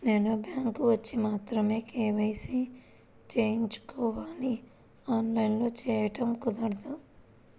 నేను బ్యాంక్ వచ్చి మాత్రమే కే.వై.సి చేయించుకోవాలా? ఆన్లైన్లో చేయటం కుదరదా?